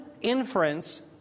inference